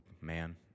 man